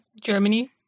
Germany